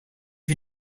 you